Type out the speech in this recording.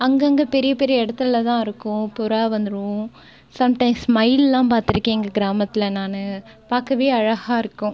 அங்கேங்க பெரிய பெரிய இடத்தில் தான் இருக்கும் புறா வந்துரும் சம்டைம்ஸ் மயில்லாம் பார்த்திருக்கேன் எங்கள் கிராமத்தில் நானு பார்க்கவே அழகாக இருக்கும்